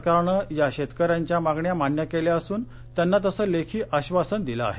सरकारने या शेतकऱ्यांच्या मागण्या मान्य केल्या असून त्यांना तसं लेखी आश्वासन दिलं आहे